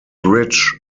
ridge